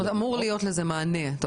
כלומר אמור להיות לזה מענה.